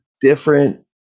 different